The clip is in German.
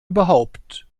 überhaupt